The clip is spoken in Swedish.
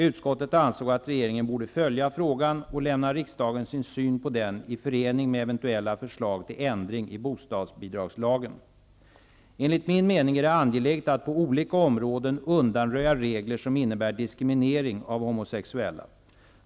Utskottet ansåg att regeringen borde följa frågan och lämna riksdagen sin syn på den i förening med eventuella förslag till ändring i bostadsbidragslagen. Enligt min mening är det angeläget att på olika områden undanröja regler som innebär diskriminering av homosexuella.